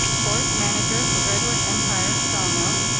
forest manager for redwood empire so mills.